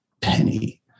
penny